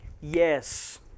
Yes